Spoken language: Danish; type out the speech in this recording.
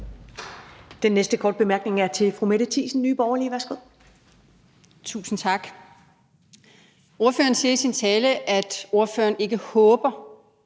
Den næste korte bemærkning er til fru Mette Thiesen, Nye Borgerlige. Værsgo. Kl. 11:00 Mette Thiesen (NB): Tusind tak. Ordføreren siger i sin tale, at ordføreren ikke håber,